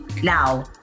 Now